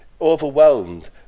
Overwhelmed